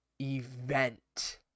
event